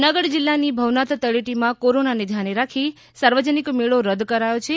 જૂનાગઢ જિલ્લાની ભવનાથ તળેટીમાં કોરોનાને ધ્યાને રાખી સાર્વજનિક મેળી રદ્દ કરાયો છે